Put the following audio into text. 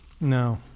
No